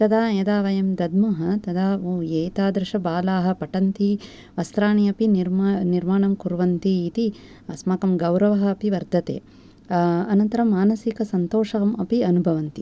तदा यदा वयं दद्म तदा एतादृशबाला पठन्ति वस्राणि अपि नि निर्माणं कुर्वन्ति इति अस्माकं गौरव अपि वर्धते अनन्तरं मानसिकं सन्तोषम् अपि अनुभवन्ति